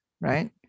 right